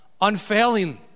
Unfailing